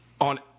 on